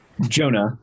Jonah